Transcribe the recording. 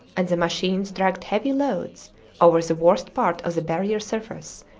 and the machines dragged heavy loads over the worst part of the barrier surface,